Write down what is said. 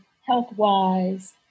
health-wise